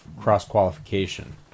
cross-qualification